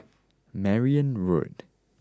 Merryn Road